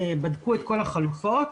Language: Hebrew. בדקו את כל החלופות,